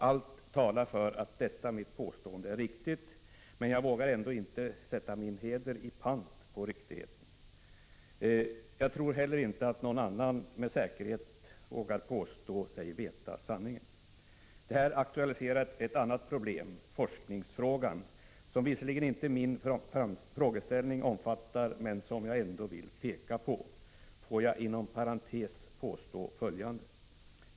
Allt talar för att detta mitt påstående är riktigt, men jag vågar inte sätta min heder i pant på riktigheten. Jag tror inte heller att någon annan med säkerhet vågar påstå sig veta sanningen. Det här aktualiserar ett annat problem, forskningen, som visserligen inte min frågeställning omfattar men som jag ändå vill peka på. Låt mig inom parentes påstå följande.